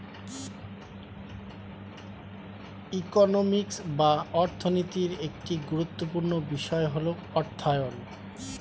economics বা অর্থনীতির একটি গুরুত্বপূর্ণ বিষয় হল অর্থায়ন